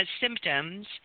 symptoms